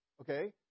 Okay